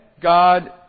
God